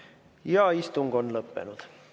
ja istung on lõppenud.